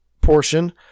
portion